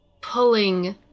pulling